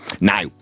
Now